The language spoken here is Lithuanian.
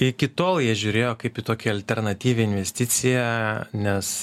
iki tol jie žiūrėjo kaip į tokią alternatyvią investiciją nes